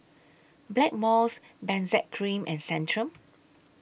Blackmores Benzac Cream and Centrum